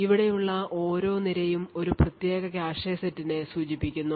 ഇവിടെയുള്ള ഓരോ നിരയും ഒരു പ്രത്യേക കാഷെ സെറ്റിനെ സൂചിപ്പിക്കുന്നു